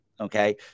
okay